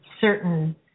certain